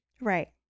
right